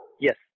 Yes